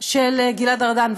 של גלעד ארדן,